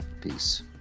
Peace